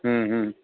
മ് മ്